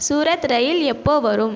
Surat rail எப்போது வரும்